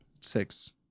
six